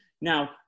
now